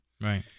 Right